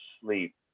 sleep